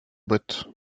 botte